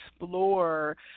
explore